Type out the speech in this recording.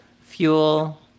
fuel